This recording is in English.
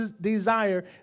desire